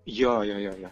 jo jo jo jo